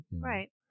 Right